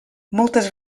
moltes